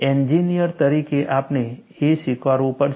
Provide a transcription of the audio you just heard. engineer તરીકે આપણે તે સ્વીકારવું પડશે